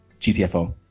GTFO